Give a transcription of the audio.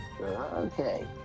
Okay